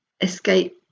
escape